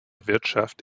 wirtschaft